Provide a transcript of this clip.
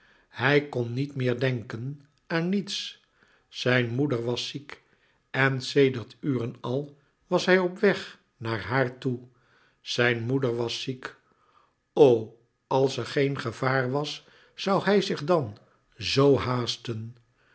hij kon niet meer denken aan niets zijn moeder was ziek en sedert uren al was hij op weg naar haar toe zijn moeder was ziek o als er geen gevaar was zoû hij zich dan zo haasten